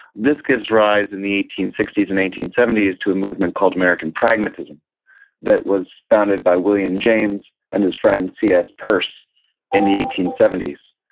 this gives rise, in the eighteen sixty s and eighteen seventy s, to a movement called american pragmatism that was founded by william james and his friend c s. peirce in the eighteen seventy s.